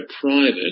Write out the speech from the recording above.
private